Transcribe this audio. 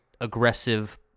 aggressive